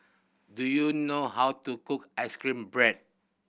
do you know how to cook ice cream bread